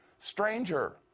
Stranger